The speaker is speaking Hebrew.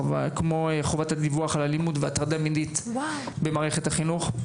חובת הדיווח על אלימות והטרדה מינית במערכת החינוך.